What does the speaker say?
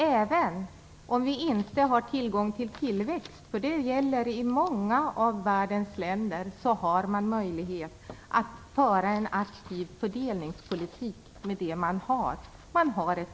Även om man inte har tillgång till tillväxt, vilket gäller i många av världens länder, har man möjlighet att föra en aktiv fördelningspolitik med det man har.